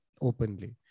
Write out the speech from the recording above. openly